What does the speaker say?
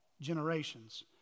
generations